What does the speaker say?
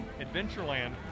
Adventureland